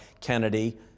Kennedy